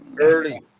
early